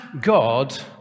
God